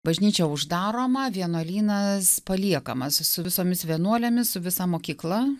bažnyčia uždaroma vienuolynas paliekamas su su visomis vienuolėmis su visa mokykla